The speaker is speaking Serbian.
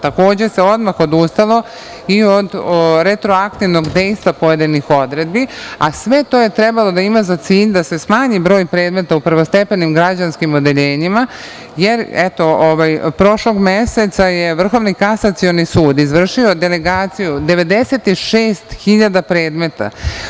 Takođe, se odmah odustalo i od retroaktivnog dejstva pojedinih odredbi, a sve to je trebalo da ima za cilj da se smanji broj predmeta u prvostepenim građanskim odeljenjima, jer eto, prošlog meseca je Vrhovni kasacioni sud izvršio delegaciju 96 hiljada predmeta.